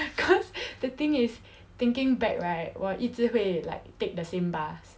because the thing is thinking back right 我一直会 like take the same bus